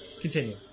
continue